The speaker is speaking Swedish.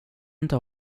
inte